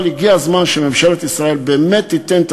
אבל הגיע הזמן שממשלת ישראל באמת תיתן את